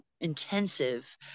intensive